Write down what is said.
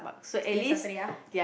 K Saturday ah